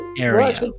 area